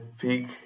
peak